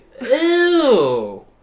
Ew